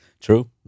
True